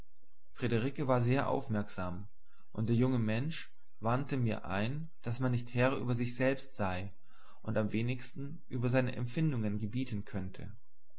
friederike war sehr aufmerksam und der junge mensch wandte mir ein daß man nicht herr über sich selbst sei und am wenigsten über seine empfindungen gebieten könne